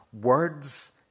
words